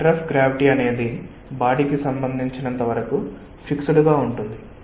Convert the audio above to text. centre of gravity అనేది బాడీకి సంబందించి ఫిక్స్డ్ గా ఉంటుంది